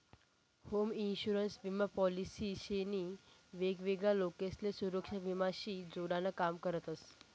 home insurance विमा policy शे नी वेगवेगळा लोकसले सुरेक्षा विमा शी जोडान काम करतस